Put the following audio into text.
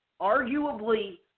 arguably